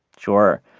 sure.